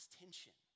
tension